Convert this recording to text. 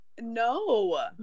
No